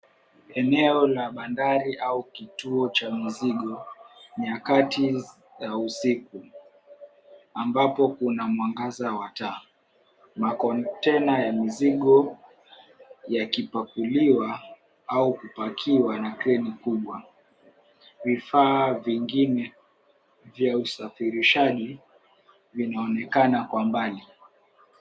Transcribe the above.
Eneo la bandari au kituo cha mizigo nyakati za usiku. Ambapo kuna mwangaza wa taa, makontena ya mizigo yakipakuliwa au kupakiwa na kreni kubwa. Vifaa vingine vya usafirishaji vinaonekana kwa mbali.